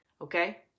Okay